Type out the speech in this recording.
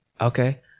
Okay